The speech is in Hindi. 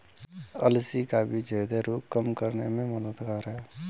अलसी का बीज ह्रदय रोग कम करने में मददगार है